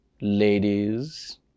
Ladies